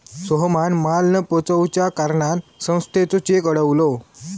सोहमान माल न पोचवच्या कारणान संस्थेचो चेक अडवलो